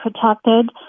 protected